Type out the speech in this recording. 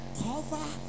cover